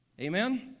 Amen